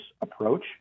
approach